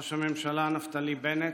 ראש הממשלה נפתלי בנט,